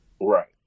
right